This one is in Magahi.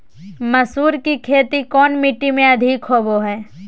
मसूर की खेती कौन मिट्टी में अधीक होबो हाय?